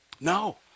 no